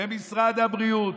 במשרד הבריאות,